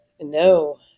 No